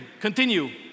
Continue